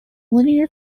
linear